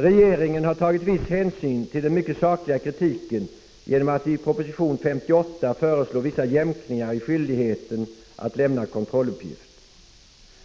Regeringen har tagit viss hänsyn till den mycket sakliga kritiken genom att i proposition 58 föreslå vissa jämkningar i skyldigheten att lämna kontrolluppift.